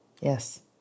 Yes